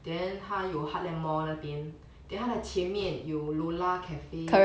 then 她有 heartland mall 那边 then 他的前面有 lola's cafe